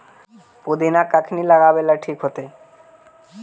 पुदिना कखिनी लगावेला ठिक होतइ?